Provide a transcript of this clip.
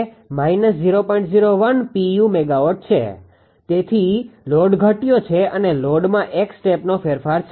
01 pu MW છે તેથી load ઘટ્યો છે અને લોડમાં એક સ્ટેપનો ફેરફાર છે